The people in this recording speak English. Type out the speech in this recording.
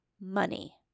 money